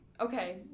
Okay